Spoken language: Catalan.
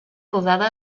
rodada